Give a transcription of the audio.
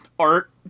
art